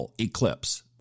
eclipse